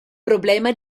problema